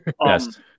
yes